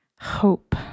Hope